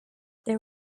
there